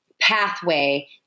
pathway